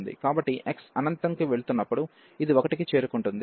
కాబట్టి x అనంతంకి వెళుతున్నప్పుడు ఇది 1 కి చేరుకుంటుంది